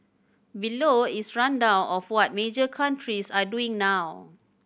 below is rundown of what major countries are doing now